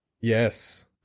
Yes